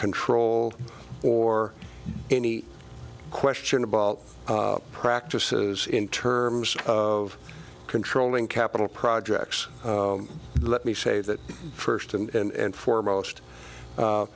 control or any question about practices in terms of controlling capital projects let me say that first and foremost